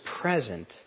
present